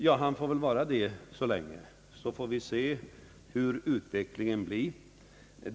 Ja, han får väl vara det så länge! Vi får väl se hur utvecklingen blir på detta område.